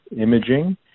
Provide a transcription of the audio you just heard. imaging